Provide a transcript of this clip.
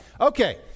Okay